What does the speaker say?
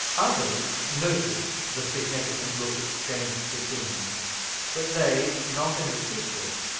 others noticed the significant look exchanged between them but they, not in the secret,